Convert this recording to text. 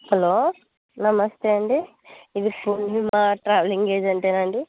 hello నమస్తే అండి ఇది ట్రావెలింగ్ ఏజెంటేనా అండి